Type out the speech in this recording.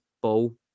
ball